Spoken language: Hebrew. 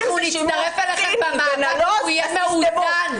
אנחנו נצטרף אליכם במאבק כשהוא יהיה מאוזן.